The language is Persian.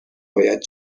باید